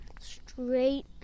straight